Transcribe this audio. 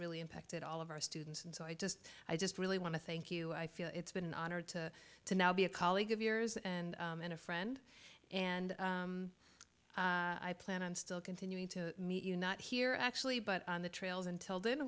really impacted all of our students and so i just i just really want to thank you i feel it's been an honor to to now be a colleague of yours and and a friend and i plan on still continuing to meet you not here actually but on the trails until